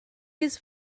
his